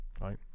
right